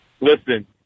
Listen